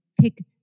pick